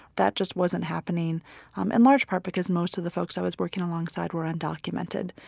that just wasn't happening um in large part because most of the folks i was working alongside were undocumented,